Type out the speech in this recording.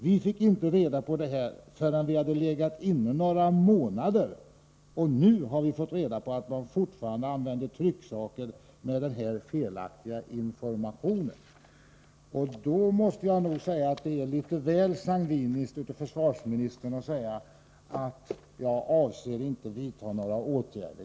Vi fick inte reda på det här förrän vi hade legat inne några månader och nu har vi fått reda på att man fortfarande använder trycksaker med den här felaktiga informationen”, säger denne värnpliktige. Jag måste säga att då är det litet väl sangviniskt av försvarsministern att säga att han inte avser att vidta några åtgärder.